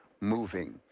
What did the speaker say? moving